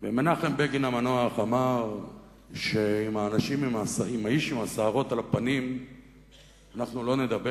ומנחם בגין אמר שעם האיש עם השערות על הפנים אנחנו לא נדבר.